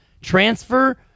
transfer